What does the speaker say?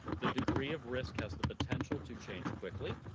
the degree of risk has the potential to change quickly,